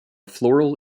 floral